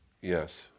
Yes